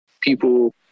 people